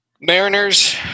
Mariners